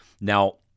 Now